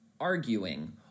arguing